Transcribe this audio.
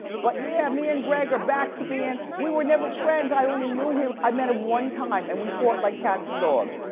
but yeah, me and greg are back to being, we were never friends, i only knew him, i met him one time and we fought like cats and dogs.